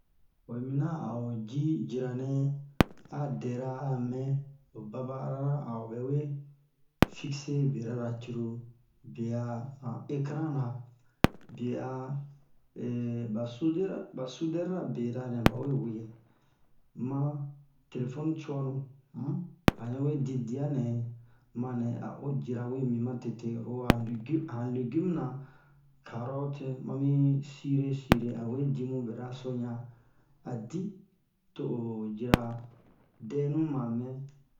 oyi mina a'o ji jira nɛ a dɛra a mɛn o baba arana a'o bɛ we fixe bera ra cruru bie a han ekran na bie a ba sudera ba sudɛr ra bera nɛ bawe we yɛ ma telefoni cu'anu um han yan we di dianɛ ma nɛ a'o jira we mi ma tete oro han legu han legum na karote ma mi sire sire a we di mu bera so yan a di to o jira dɛnu ma mɛ